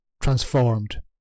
transformed